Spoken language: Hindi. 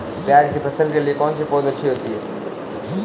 प्याज़ की फसल के लिए कौनसी पौद अच्छी होती है?